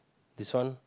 this one